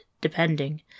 depending